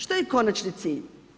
Šta je konačni cilj?